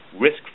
risk